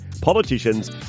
politicians